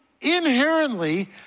inherently